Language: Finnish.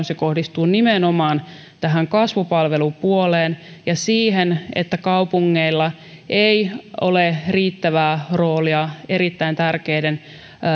se kohdistuu nimenomaan tähän kasvupalvelupuoleen ja siihen että kaupungeilla ei ole riittävää roolia erittäin tärkeiden